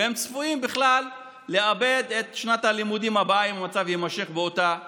והם צפויים בכלל לאבד את שנת הלימודים הבאה אם המצב יימשך באותה צורה.